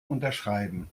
unterschreiben